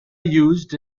used